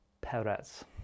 perez